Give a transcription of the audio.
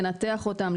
לנתח אותם,